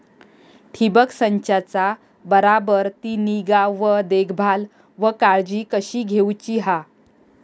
ठिबक संचाचा बराबर ती निगा व देखभाल व काळजी कशी घेऊची हा?